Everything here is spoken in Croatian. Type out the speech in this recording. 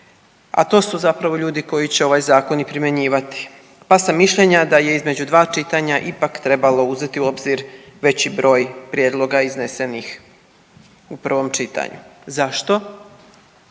a to su zapravo ljudi koji će ovaj zakon i primjenjivati, pa sam mišljenja da je između dva čitanja ipak trebalo uzeti u obzir veći broj prijedloga iznesenih u prvom čitanju. Zašto?